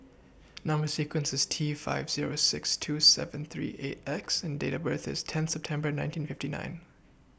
Number sequence IS T five Zero six two seven three eight X and Date of birth IS tenth September nineteen fifty nine